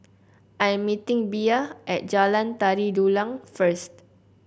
I am meeting Bea at Jalan Tari Dulang first